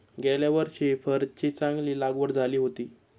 गेल्या वर्षी फरची चांगली लागवड झाली होती